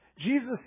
Jesus